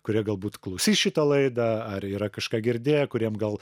kurie galbūt klausys šitą laidą ar yra kažką girdėję kuriem gal